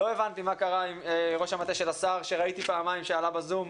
לא הבנתי מה קרה עם ראש המטה של השר שראיתי שעלה פעמיים בזום,